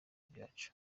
byacu